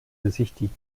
besichtigt